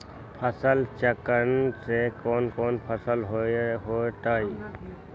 फसल चक्रण में कौन कौन फसल हो ताई?